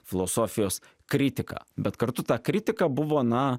filosofijos kritika bet kartu ta kritika buvo na